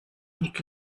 und